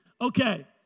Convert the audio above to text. Okay